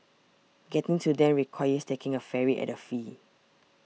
getting to them requires taking a ferry at a fee